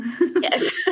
Yes